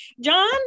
John